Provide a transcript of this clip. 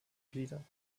gliedern